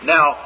Now